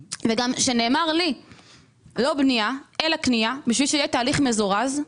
ונאמר לי לא בנייה אלא קנייה כדי שיהיה תהליך מזורז.